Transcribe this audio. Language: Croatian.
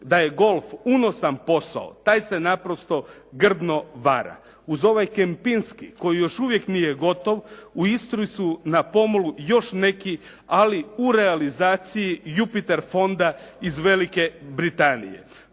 da je golf unosan posao taj se naprosto grdno vara. Uz ovaj "Kempinski" koji još uvijek nije gotov u Istri su na pomolu još neki ali u realizaciji Jupiter fonda iz Velike Britanije.